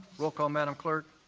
roll call madam clerk?